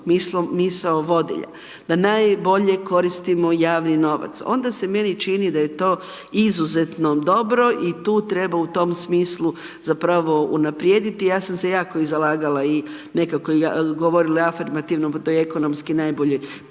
misao vodilja da najbolje koristimo javni novac, onda se meni čini da je to izuzetno dobro i tu treba u tom smislu zapravo unaprijediti, ja sam se jako i zalagala i nekako govorila afirmativno o toj ekonomski najboljoj